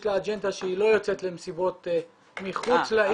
לה אג'נדה שהיא לא יוצאת למסיבות מחוץ לעיר.